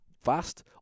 fast